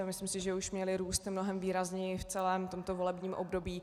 Myslím si, že už měly růst mnohem výrazněji v celém tomto volebním období.